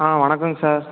ஆ வணக்கங்க சார்